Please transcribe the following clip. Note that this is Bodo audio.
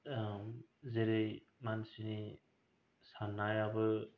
जेरै मानसिनि साननायाबो